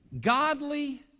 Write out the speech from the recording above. godly